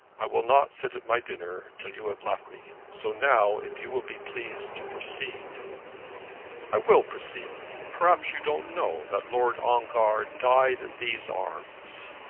i will not sit at my dinner till you have left me. so now, if you will be pleased to proceed i will proceed. perhaps you don't know that lord ongar died in these arms?